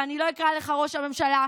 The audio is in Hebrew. ואני לא אקרא לך ראש הממשלה,